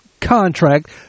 contract